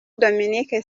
dominique